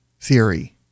theory